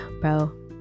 bro